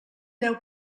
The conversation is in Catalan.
deu